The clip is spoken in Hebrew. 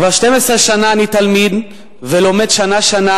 כבר 12 שנה אני תלמיד ולומד שנה-שנה